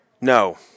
No